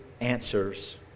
answers